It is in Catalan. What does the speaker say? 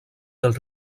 del